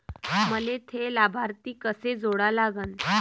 मले थे लाभार्थी कसे जोडा लागन?